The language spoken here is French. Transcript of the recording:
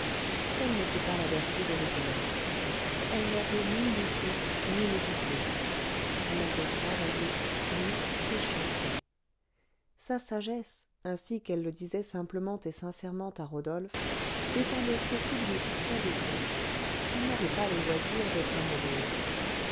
telle n'était pas la vertu de rigolette elle n'avait ni lutté ni médité elle avait travaillé ri et chanté sa sagesse ainsi qu'elle le disait simplement et sincèrement à rodolphe dépendait surtout d'une question de temps elle n'avait pas le loisir d'être amoureuse